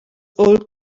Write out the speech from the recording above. old